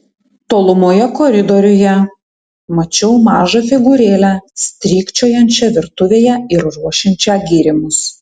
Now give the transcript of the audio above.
tolumoje koridoriuje mačiau mažą figūrėlę strykčiojančią virtuvėje ir ruošiančią gėrimus